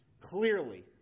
clearly